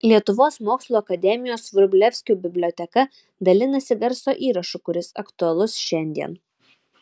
lietuvos mokslų akademijos vrublevskių biblioteka dalinasi garso įrašu kuris aktualus šiandien